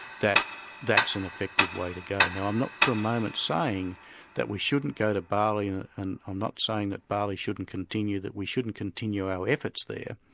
that that's an effective way to go. now i'm not for a moment saying that we shouldn't go to bali and i'm um not saying that bali shouldn't continue, that we shouldn't continue our efforts there,